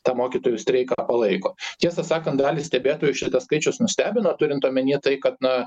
tą mokytojų streiką palaiko tiesą sakant dalį stebėtojų šitas skaičius nustebino turint omenyje tai kad na